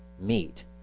meet